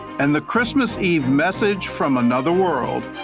and the christmas eve message from another world,